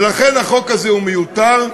ולכן החוק הזה הוא מיותר,